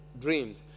dreams